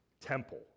Temple